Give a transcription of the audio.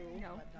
No